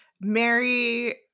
Mary